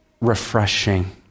refreshing